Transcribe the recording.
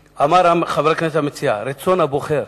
חבר הכנסת המציע אמר: רצון הבוחר.